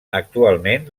actualment